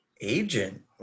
agent